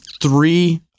three